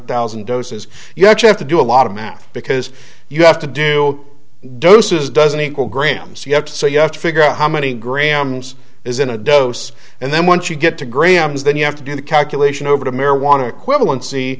thousand doses you actually have to do a lot of math because you have to do doses doesn't equal grams you have to so you have to figure out how many grams is in a dose and then once you get to graham's then you have to do the calculation over the marijuana equi